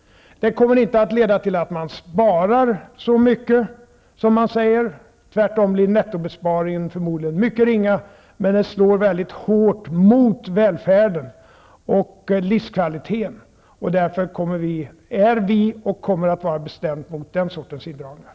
Det kommer inte att leda till att man sparar så mycket som man säger. Tvärtom blir nettobesparingen förmodligen mycket ringa. Men den slår mycket hårt mot välfärden och livskvaliteten. Därför är och kommer vi att vara bestämt emot den sortens indragningar.